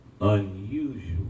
unusual